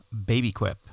BabyQuip